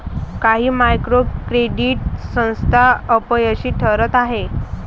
काही micro credit संस्था अपयशी ठरत आहेत